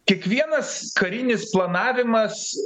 kiekvienas karinis planavimas